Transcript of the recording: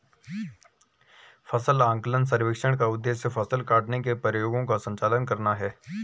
फसल आकलन सर्वेक्षण का उद्देश्य फसल काटने के प्रयोगों का संचालन करना है